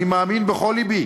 אני מאמין בכל לבי